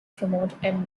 promote